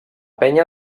penya